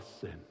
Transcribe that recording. sin